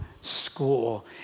school